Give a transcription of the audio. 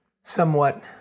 somewhat